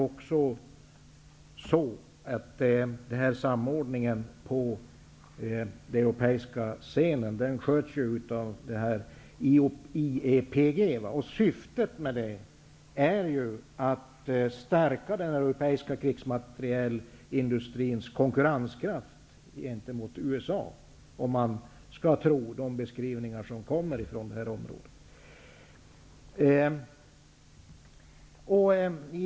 Vidare sköts ju samordningen på den europeiska scenen av IEPG, och syftet med det är att stärka den europeiska krigsmaterielindustrins konkurrenskraft gentemot USA, om man skall tro de beskrivningar som lämnas på det här området.